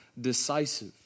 decisive